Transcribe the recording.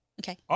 Okay